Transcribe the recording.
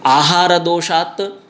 आहारदोषात्